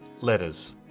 letters